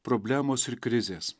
problemos ir krizės